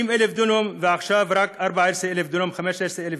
60,000 דונם, ועכשיו רק 14,000 15,000 דונם,